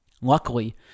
Luckily